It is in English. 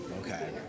Okay